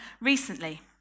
recently